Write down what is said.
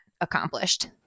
accomplished